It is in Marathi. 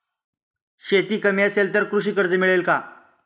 शेती कमी असेल तर कृषी कर्ज मिळेल का?